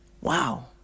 Wow